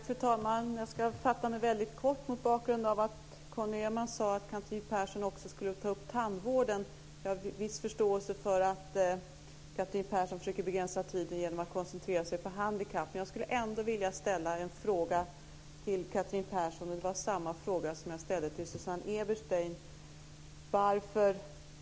Fru talman! Jag ska fatta mig väldigt kort mot bakgrund av att Conny Öhman sade att Catherine Persson också skulle ta upp tandvården. Jag har viss förståelse för att Catherine Persson försöker begränsa tiden genom att koncentrera sig på handikapp, men jag skulle ändå vilja ställa en fråga till Catherine Persson. Det är samma fråga som jag ställde till Susanne Eberstein.